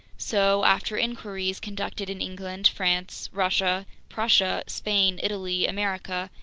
so, after inquiries conducted in england, france, russia, prussia, spain, italy, america,